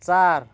चार